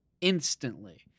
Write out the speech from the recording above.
instantly